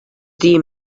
the